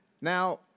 Now